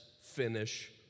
finish